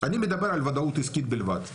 אני מדבר על ודאות עסקית בלבד.